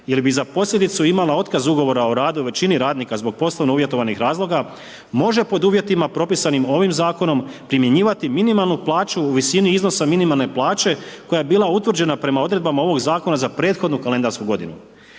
jer bi za posljedicu imala otkaz ugovora o radu većini radnika zbog poslovno uvjetovanih razloga može pod uvjetima propisanim ovim zakonom primjenjivati minimalnu plaću u visini iznosa minimalne plaće koja je bila utvrđena prema odredbama ovoga zakona za prethodnu kalendarsku godinu.